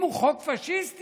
אם הוא חוק פשיסטי,